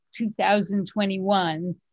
2021